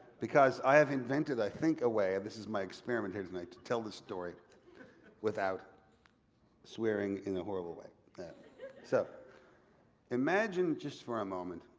because i have invented, i think, a way. and this is my experiment here tonight, to tell the story without swearing in a horrible way. so imagine just for a moment,